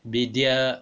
media